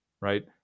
right